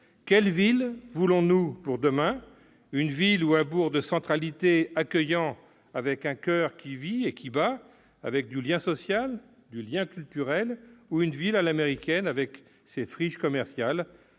est : voulons-nous pour demain une ville ou un bourg de centralité accueillant, avec un coeur qui vit et qui bat, avec du lien social et du lien culturel, ou une ville à l'américaine, avec ses friches commerciales